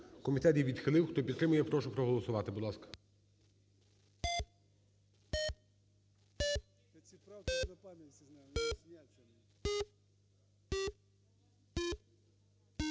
Комітет її відхилив. Хто підтримує, прошу проголосувати, будь ласка.